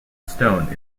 stone